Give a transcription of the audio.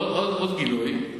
עוד גילוי: